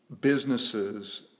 businesses